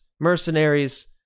mercenaries